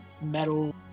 metal